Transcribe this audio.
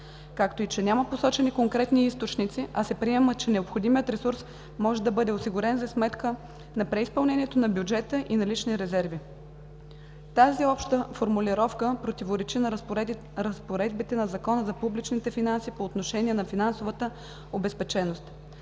както и че няма посочени конкретни източници, а се приема, че необходимият ресурс може да бъде осигурен за сметка на „преизпълнението на бюджета и налични резерви“. Тази обща формулировка противоречи на разпоредбите на Закона за публичните финанси по отношение на финансовата обезпеченост.